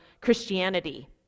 Christianity